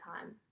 time